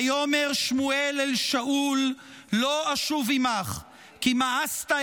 "ויאמר שמואל אל שאול לא אשוב עמך כי מאסתה